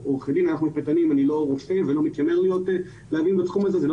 אני לא רופא ולא מתיימר להיות בתחום הזה וזה לא